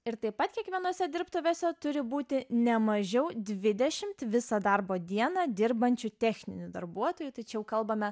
ir taip pat kiekvienose dirbtuvėse turi būti ne mažiau dvidešimt visą darbo dieną dirbančių techninių darbuotojų tai čia jau kalbame